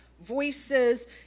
voices